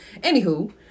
anywho